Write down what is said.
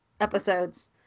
episodes